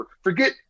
Forget